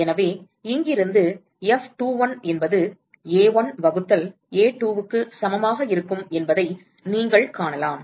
எனவே இங்கிருந்து F21 என்பது A1 வகுத்தல் A2 க்கு சமமாக இருக்கும் என்பதை நீங்கள் காணலாம்